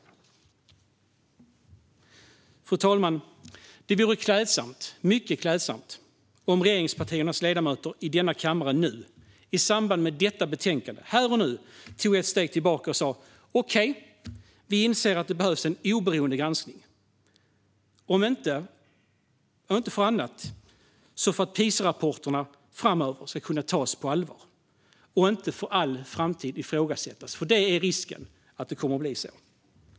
Fru talman! Det vore mycket klädsamt om regeringspartiernas ledamöter i denna kammare här och nu i samband med detta betänkande tog ett steg tillbaka och sa okej, vi inser att det behövs en oberoende granskning - om inte annat för att PISA-rapporterna framöver ska kunna tas på allvar och inte för all framtid ifrågasättas. Risken är att det kommer att bli så.